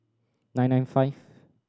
nine nine five